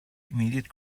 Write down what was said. immediate